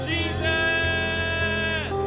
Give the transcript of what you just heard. Jesus